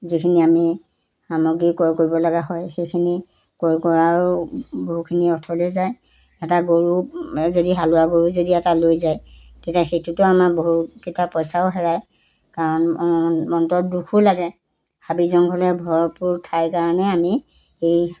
যিখিনি আমি সামগ্ৰী ক্ৰয় কৰিব লগা হয় সেইখিনি ক্ৰয় কৰাৰো গৰুখিনি অথলে যায় এটা গৰু যদি হালোৱা গৰু যদি এটা লৈ যায় তেতিয়া সেইটোতো আমাৰ বহু কেইটা পইচাও হেৰাই কাৰণ অন্তৰত দুখো লাগে হাবি জংঘলে ভৰপূৰ ঠাইৰ কাৰণে আমি এই